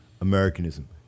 americanism